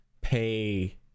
pay